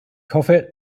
hoffe